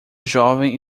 jovem